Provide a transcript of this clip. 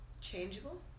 changeable